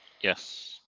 yes